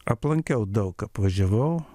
aplankiau daug apvažiavau